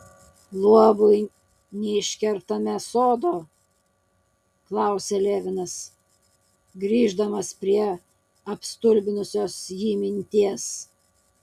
luobui neiškertame sodo klausė levinas grįždamas prie apstulbinusios jį minties